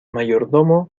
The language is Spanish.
mayordomo